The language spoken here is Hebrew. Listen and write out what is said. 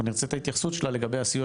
אנחנו נרצה את ההתייחסות שלה לגבי הסיוע